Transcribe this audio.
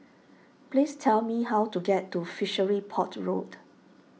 please tell me how to get to Fishery Port Road